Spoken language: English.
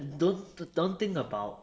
don't don't think about